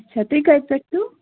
اچھا تُہۍ کٔتہِ پیٹھ چھِو